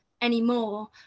anymore